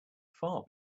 far